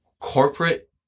corporate